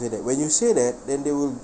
say that when you say that then they will